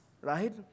right